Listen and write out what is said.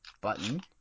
button